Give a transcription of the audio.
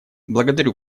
благодарю